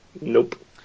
Nope